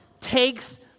takes